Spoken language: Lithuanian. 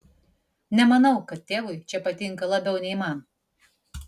nemanau kad tėvui čia patinka labiau nei man